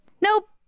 Nope